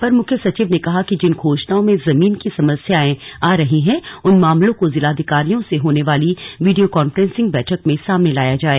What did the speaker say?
अपर मुख्य सचिव ने कहा कि जिन घोषणाओं में जमीन की समस्याएं आ रही हैं उन मामलों को जिलाधिकारियों से होने वाली वीडियो कान्फ्रेंसिंग बैठक में सामने लाया जाए